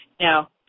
Now